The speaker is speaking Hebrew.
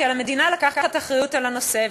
כי על המדינה לקחת אחריות לנושא,